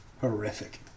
Horrific